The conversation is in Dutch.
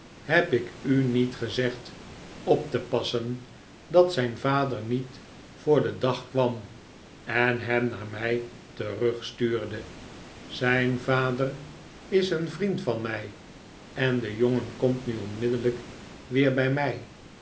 heb ik u niet gezegd op tepassen dat zijn vader niet voor den dag kwam en hem naar mij terugstuurde zijn vader is een vriend van mij en de jongen komt nu onmiddellijk weer bij mij